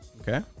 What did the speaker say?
Okay